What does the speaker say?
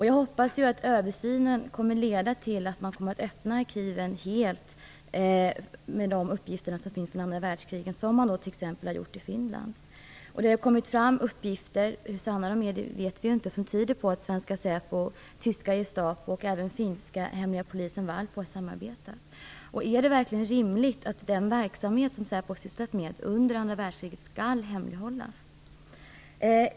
Jag hoppas att översynen kommer att leda till att man kommer att öppna arkiven med uppgifter från andra världskriget helt, som man t.ex. har gjort i Finland. Det har kommit fram uppgifter - hur sanna de är vet vi inte - som tyder på att svenska säpo, tyska Gestapo och även finska hemliga polisen Valpo har samarbetat. Är det verkligen rimligt att den verksamhet som säpo har sysslat med under andra världskriget skall hemlighållas?